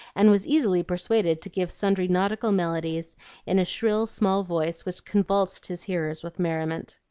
and was easily persuaded to give sundry nautical melodies in a shrill small voice which convulsed his hearers with merriment.